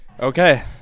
Okay